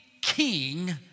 king